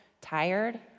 tired